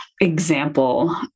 example